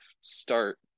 start